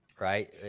right